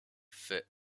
fait